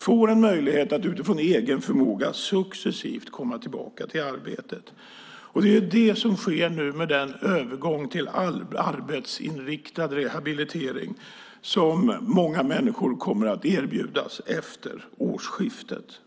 får en möjlighet att utifrån egen förmåga successivt komma tillbaka till arbetet. Det är det som nu sker med den övergång till arbetsinriktad rehabilitering som många människor kommer att erbjudas efter årsskiftet.